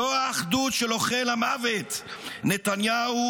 זו האחדות של אוכל המוות נתניהו,